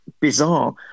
bizarre